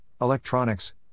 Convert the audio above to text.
electronics